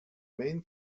main